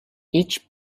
each